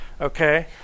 Okay